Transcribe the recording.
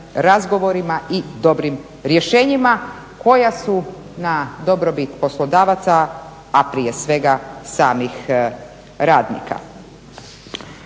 razgovorima i dobrim rješenjima koja su na dobrobit poslodavaca, a prije svega samih radnika.